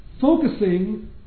focusing